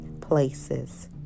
places